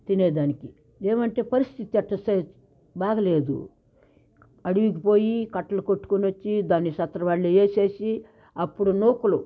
తినేదానికి ఏమంటే పరిస్థితి అంత స బాగాలేదు అడివికి పోయి కట్టెలు కొట్టుకుని వచ్చి దాన్ని సత్రవాడలో వేసేసి అప్పుడు నూకలు